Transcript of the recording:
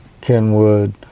Kenwood